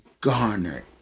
garner